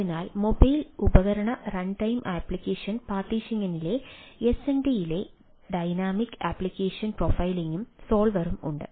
അതിനാൽ മൊബൈൽ ഉപകരണ runtime application പാർട്ടീഷനിംഗിലെ എസ്എംഡിയിലെ ഡൈനാമിക് ആപ്ലിക്കേഷൻ പ്രൊഫൈലിംഗും സോൾവറും ഉണ്ട്